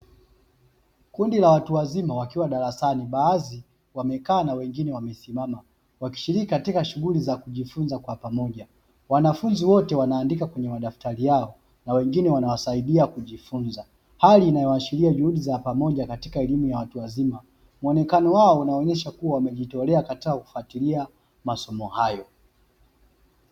Kundi la watu wazima wakiwa darasani, baadhi wamekaa na wengine wamesimama wakishiriki katika shughuli za kujifunza kwa pamoja. Wanafunzi wote wanaandika kwenye madaftari yao na wengine wanawasaidia kujifunza, hali inayoashiria juhudi za pamoja katika elimu ya watu wazima. Muonekano wao unaonyesha kuwa wamejitolea katika ufuatilia masomo hayo.